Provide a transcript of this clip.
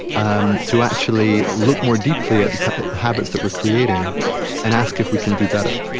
um to actually look more deeply at the habit that we're creating and ask if we can do better